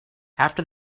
after